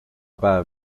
päev